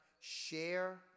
share